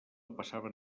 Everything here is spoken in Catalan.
passaven